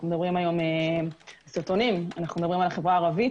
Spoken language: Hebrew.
אנחנו מדברים על סרטונים ועל החברה הערבית,